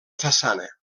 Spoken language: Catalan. façana